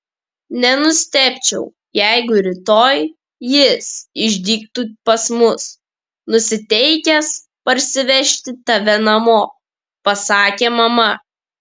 nenustebčiau jeigu rytoj jis išdygtų pas mus nusiteikęs parsivežti tave namo pasakė mama